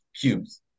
cubes